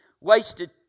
wasted